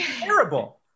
terrible